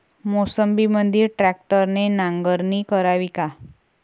मोसंबीमंदी ट्रॅक्टरने नांगरणी करावी का?